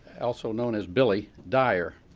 also known as billy dyer.